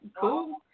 cool